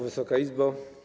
Wysoka Izbo!